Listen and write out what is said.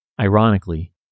Ironically